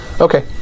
okay